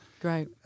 Great